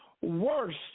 worse